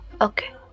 okay